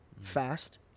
fast